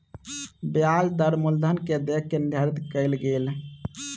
ब्याज दर मूलधन के देख के निर्धारित कयल गेल